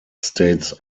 states